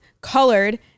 Colored